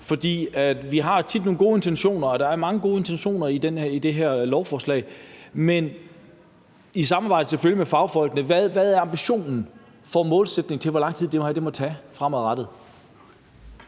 For vi har tit nogle gode intentioner, og der er mange gode intentioner i det her lovforslag – selvfølgelig i samarbejde med fagfolkene. Hvad er ambitionen i forhold til målsætningen om, hvor lang tid det her må tage fremadrettet?